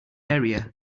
area